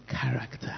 character